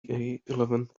eleven